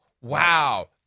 wow